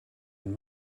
and